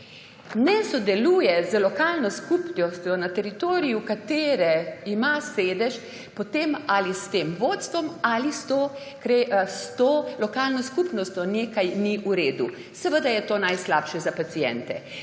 ne sodeluje z lokalno skupnostjo, na teritoriju katere ima sedež, potem s tem vodstvom ali s to lokalno skupnostjo nekaj ni v redu; seveda je to najslabše za paciente.